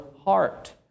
heart